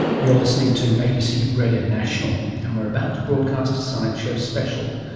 you're listening to abc radio national, and we're about to broadcast a science show special.